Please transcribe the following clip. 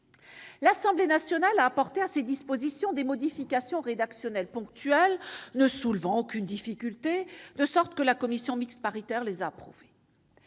L'Assemblée nationale a apporté à ces dispositions des modifications rédactionnelles ponctuelles, ne soulevant aucune difficulté, de sorte que la commission mixte paritaire les a approuvées.